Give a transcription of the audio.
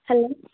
hello